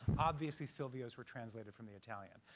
obviously silvio's were translated from the italian.